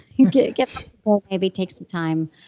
get get maybe take some time,